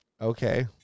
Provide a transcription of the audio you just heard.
Okay